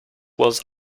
was